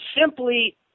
simply